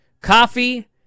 coffee